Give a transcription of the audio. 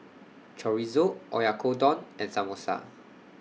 Chorizo Oyakodon and Samosa